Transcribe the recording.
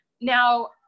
Now